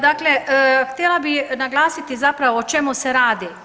Dakle, htjela bi naglasiti zapravo o čemu se radi.